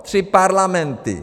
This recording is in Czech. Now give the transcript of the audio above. Tři parlamenty!